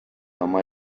oma